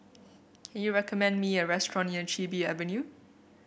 can you recommend me a restaurant near Chin Bee Avenue